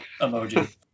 Emoji